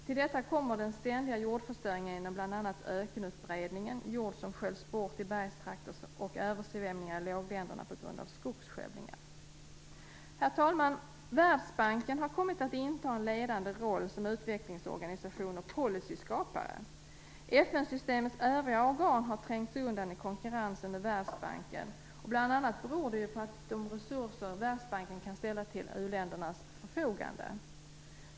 Till detta kommer den ständiga jordförstöringen genom bl.a. ökenutbredningen, jord som sköljs bort i bergstrakter samt översvämningar i lågländerna på grund av skogsskövlingar. Herr talman! Världsbanken har kommit att inta en ledande roll som utvecklingsorganisation och policyskapare. FN-systemets övriga organ har trängts undan i konkurrensen med Världsbanken. Bl.a. beror detta på de resurser Världsbanken kan ställa till uländernas förfogande.